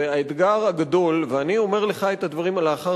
והאתגר הגדול ואני אומר לך את הדברים לאחר